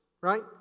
Right